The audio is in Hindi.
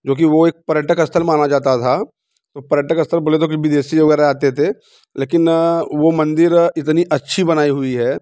जो कि वो एक पर्यटक स्थल माना जाता था पर्यटक स्थल बोले तो अपने विदेशी वगैरह आते थे लेकिन वो मंदिर इतनी अच्छी बनाई हुई है